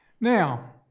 Now